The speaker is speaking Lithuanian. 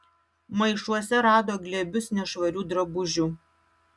maišuose rado glėbius nešvarių drabužių